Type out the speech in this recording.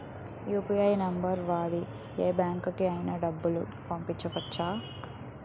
UPI number వాడి యే బ్యాంకుకి అయినా డబ్బులు పంపవచ్చ్చా?